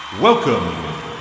welcome